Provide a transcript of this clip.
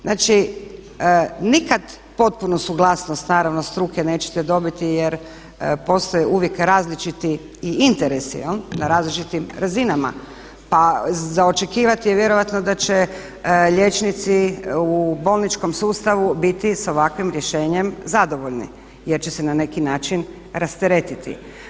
Znači, nikad potpunu suglasnost naravno struke nećete dobiti jer postoje uvijek različiti i interesi na različitim razinama, pa za očekivati je vjerojatno da će liječnici u bolničkom sustavu biti sa ovakvim rješenjem zadovoljni jer će se na neki način rasteretiti.